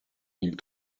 mille